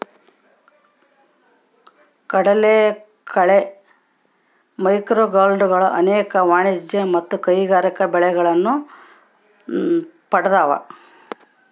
ಕಡಲಕಳೆ ಮ್ಯಾಕ್ರೋಲ್ಗೆಗಳು ಅನೇಕ ವಾಣಿಜ್ಯ ಮತ್ತು ಕೈಗಾರಿಕಾ ಬಳಕೆಗಳನ್ನು ಪಡ್ದವ